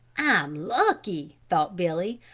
i'm lucky, thought billy,